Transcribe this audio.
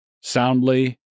soundly